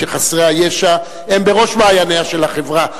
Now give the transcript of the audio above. שחסרי הישע הם בראש מעייניה של החברה,